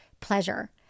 Pleasure